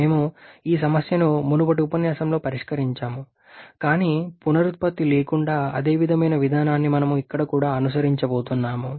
మేము ఈ సమస్యను మునుపటి ఉపన్యాసంలో పరిష్కరించాము కానీ పునరుత్పత్తి లేకుండా అదే విధమైన విధానాన్ని మనం ఇక్కడ కూడా అనుసరించబోతున్నాము